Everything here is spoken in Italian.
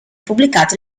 pubblicato